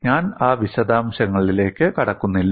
ഞാൻ ആ വിശദാംശങ്ങളിലേക്ക് കടക്കുന്നില്ല